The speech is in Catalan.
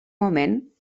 moment